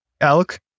Elk